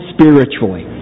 spiritually